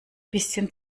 bisschen